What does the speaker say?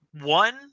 one